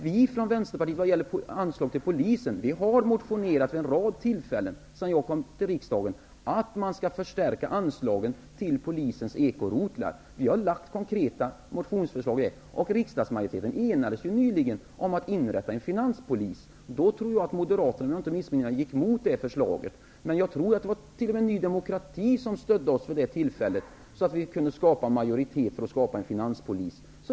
Vi från Vänsterpartiet har vid en rad tillfällen motionerat om att man skall öka anslagen till polisens ekorotlar. Vi har lagt fram konkreta motionsförslag i det här sammanhanget. Riksdagsmajoriteten enades ju nyligen om att inrätta en finanspolis. Om jag inte missminner mig gick moderaterna emot det förslaget. Men det var Ny demokrati som stödde oss, så att vi kunde få majoritet för att inrätta en finanspolis.